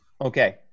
Okay